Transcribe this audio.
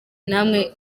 namwe